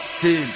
team